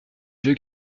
vieux